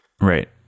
right